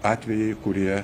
atvejai kurie